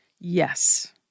Yes